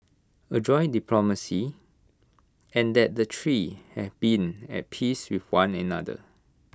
adroit diplomacy and that the three have been at peace with one another